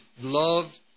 love